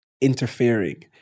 interfering